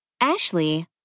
Ashley